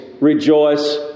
rejoice